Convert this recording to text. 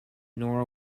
nor